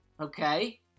okay